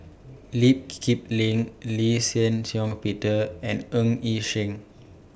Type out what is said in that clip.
Lee Kip Lin Lee Shih Shiong Peter and Ng Yi Sheng